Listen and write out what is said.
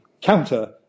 counter